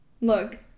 Look